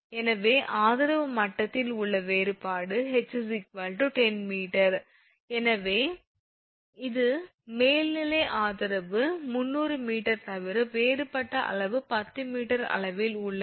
எனவே ஆதரவு மட்டத்தில் உள்ள வேறுபாடு ℎ 10 𝑚 ஏனெனில் அது மேல்நிலை ஆதரவு 300 𝑚 தவிர வேறுபட்ட அளவு 10 m அளவில் உள்ளது